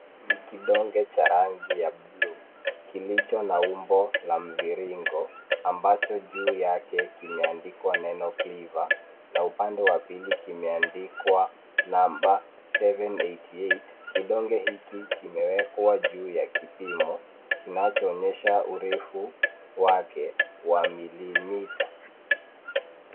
Ni kidonge cha rangi ya blue , kilicho na umbo la mviringo, ambacho juu yake kimeandikwa na neno PLIVA, na upande wa pili kimeandikwa namba seven eight eight . Kidonge hiki kimewekwa juu ya kipimo kinachoonyesha urefu wake wa milimita.